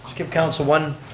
give council one